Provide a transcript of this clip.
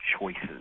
choices